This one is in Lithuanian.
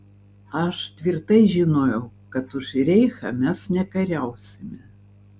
aš tvirtai žinojau kad už reichą mes nekariausime